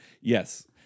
Yes